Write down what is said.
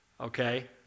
okay